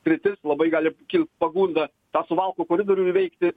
sritis labai gali kilt pagunda tą suvalkų koridorių įveikti